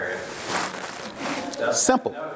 Simple